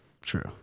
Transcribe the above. true